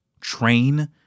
train